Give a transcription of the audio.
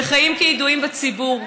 וחיים כידועים בציבור.